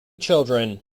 children